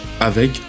avec